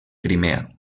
crimea